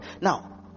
now